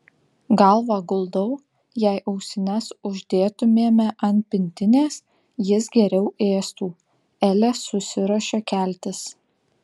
galvą guldau jei ausines uždėtumėme ant pintinės jis geriau ėstų elė susiruošė keltis